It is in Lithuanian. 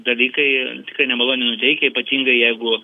dalykai tikrai nemaloniai nuteikia ypatingai jeigu